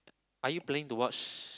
are you planning to watch